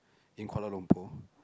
in Kuala-Lumpur